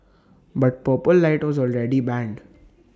but purple light was already banned